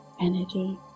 energy